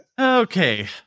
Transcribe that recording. Okay